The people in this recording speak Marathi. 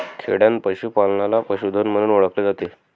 खेडयांत पशूपालनाला पशुधन म्हणून ओळखले जाते